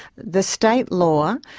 the state law,